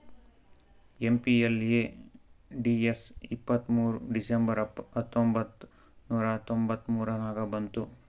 MPLADS ಇಪ್ಪತ್ತ್ಮೂರ್ December ಹತ್ತೊಂಬತ್ ನೂರಾ ತೊಂಬತ್ತ ಮೂರ ನಾಗ ಬಂತು